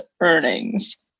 earnings